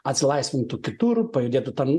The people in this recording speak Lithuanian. atsilaisvintų kitur pajudėtų ten